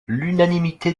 l’unanimité